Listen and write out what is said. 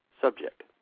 subject